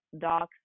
docs